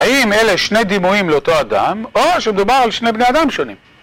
האם אלה שני דימויים לאותו אדם, או שמדובר על שני בני אדם שונים?